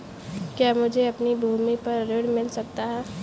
क्या मुझे अपनी भूमि पर ऋण मिल सकता है?